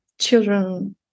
Children